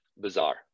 Bizarre